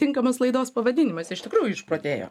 tinkamas laidos pavadinimas iš tikrųjų išprotėjo